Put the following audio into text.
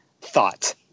thought